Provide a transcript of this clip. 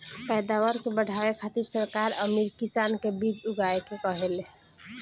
पैदावार के बढ़ावे खातिर सरकार अमीर किसान के बीज उगाए के कहेले